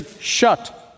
shut